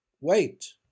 Wait